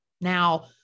Now